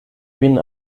vin